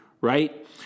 right